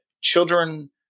children